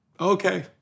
Okay